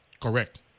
Correct